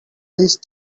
least